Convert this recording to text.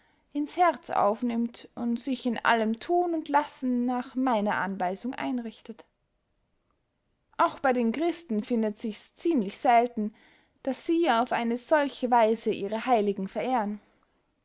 ins herz aufnimmt und sich in allem thun und lassen nach meiner anweisung einrichtet auch bey den christen findet sichs ziemlich selten daß sie auf eine solche weise ihre heiligen verehren